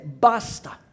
Basta